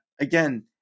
again